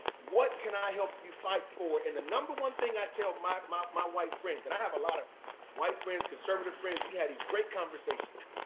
what can i help you fight for? and the number one thing i tell my my white friends, and i have a lot of white friends, conservative friends. we have these great conversations.